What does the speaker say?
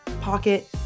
pocket